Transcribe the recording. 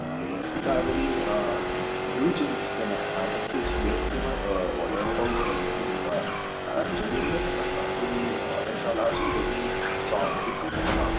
okay ꯑꯗꯨꯇꯥꯔꯒꯗꯤ blue ꯖꯤꯟ꯭ꯁꯀꯅꯦ thirty six ꯋꯦꯁꯀꯤ ꯑꯃ ꯑꯣꯔꯗꯔ ꯑꯃ ꯇꯧꯖꯔꯒꯦ ꯑꯗꯨꯗꯨꯒ ꯖꯣꯒꯤꯡꯗ ꯈꯇꯪ ꯑꯩꯈꯣꯏꯒꯤ ꯑꯦꯛ꯭ꯁꯇ꯭ꯔꯥ ꯂꯥꯔ꯭ꯖꯒꯨꯝꯕꯒꯤ ꯆꯥꯎꯕꯗꯤ ꯐꯪꯒꯅꯤꯀꯣ